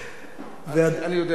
אני יודע למה יש לך צרידות.